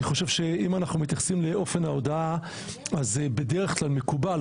אני חושב שאם אנחנו מתייחסים לאופן ההודעה אז בדרך כלל מקובל,